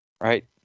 Right